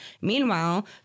Meanwhile